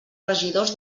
regidors